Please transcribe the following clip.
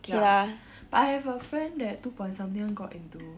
but but I have a friend that two point something one got into